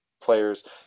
players